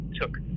took